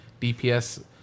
DPS